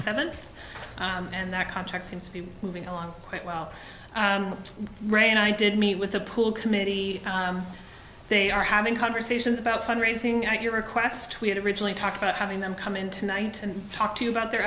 seventh and that context seems to be moving along quite well and i did meet with a pool committee they are having conversations about fund raising at your request we had originally talked about having them come in tonight and talk to you about their